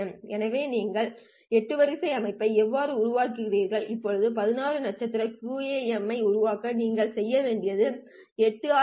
எனவே நீங்கள் எட்டு வரிசை அமைப்பை எவ்வாறு உருவாக்குகிறீர்கள் இப்போது 16 நட்சத்திர QAM ஐ உருவாக்க நீங்கள் செய்ய வேண்டியது 8 ஆரி பி